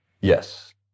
yes